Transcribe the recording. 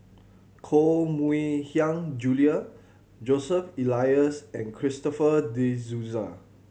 Koh Mui Hiang Julie Joseph Elias and Christopher De Souza